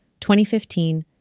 2015